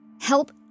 help